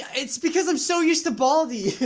it's because i'm so used to baldy